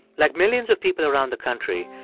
like millions of people around the country,